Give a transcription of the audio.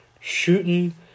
shooting